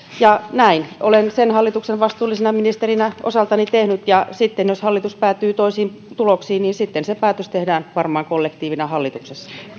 näin olen sen hallituksen vastuullisena ministerinä osaltani tehnyt ja sitten jos hallitus päätyy toisiin tuloksiin se päätös tehdään varmaan kollektiivina hallituksessa